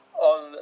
on